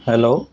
hello